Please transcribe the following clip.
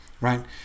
right